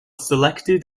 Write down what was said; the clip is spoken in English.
selected